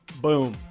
Boom